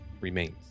remains